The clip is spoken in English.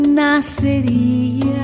Nacería